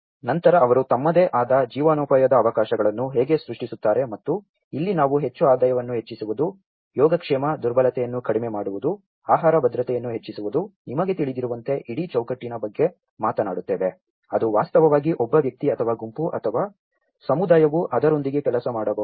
ಮತ್ತು ನಂತರ ಅವರು ತಮ್ಮದೇ ಆದ ಜೀವನೋಪಾಯದ ಅವಕಾಶಗಳನ್ನು ಹೇಗೆ ಸೃಷ್ಟಿಸುತ್ತಾರೆ ಮತ್ತು ಇಲ್ಲಿ ನಾವು ಹೆಚ್ಚು ಆದಾಯವನ್ನು ಹೆಚ್ಚಿಸುವುದು ಯೋಗಕ್ಷೇಮ ದುರ್ಬಲತೆಯನ್ನು ಕಡಿಮೆ ಮಾಡುವುದು ಆಹಾರ ಭದ್ರತೆಯನ್ನು ಹೆಚ್ಚಿಸುವುದು ನಿಮಗೆ ತಿಳಿದಿರುವಂತೆ ಇಡೀ ಚೌಕಟ್ಟಿನ ಬಗ್ಗೆ ಮಾತನಾಡುತ್ತೇವೆ ಅದು ವಾಸ್ತವವಾಗಿ ಒಬ್ಬ ವ್ಯಕ್ತಿ ಅಥವಾ ಗುಂಪು ಅಥವಾ ಸಮುದಾಯವು ಅದರೊಂದಿಗೆ ಕೆಲಸ ಮಾಡಬಹುದು